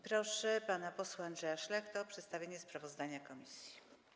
Proszę pana posła Andrzeja Szlachtę o przedstawienie sprawozdania komisji.